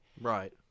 Right